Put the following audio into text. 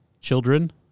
children